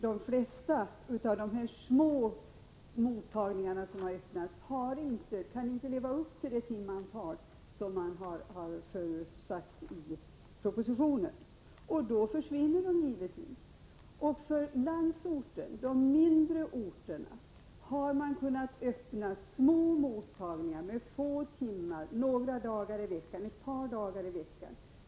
De flesta av de små mottagningar som har öppnats har inte det timantal som förutsatts i propositionen, och då försvinner de givetvis. På de mindre orterna ute i landet har man kunnat starta små mottagningar som har öppet några timmar ett par dagar i veckan.